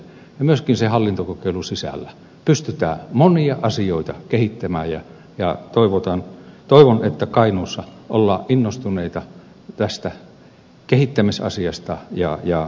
myöskin sen hallintokokeilun sisällä pystytään monia asioita kehittämään ja toivon että kainuussa ollaan innostuneita tästä kehittämisasiasta